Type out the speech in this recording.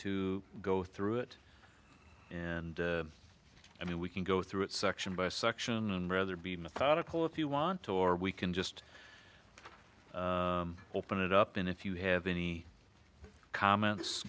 to go through it and i mean we can go through it section by section and rather be methodical if you want to or we can just open it up and if you have any comments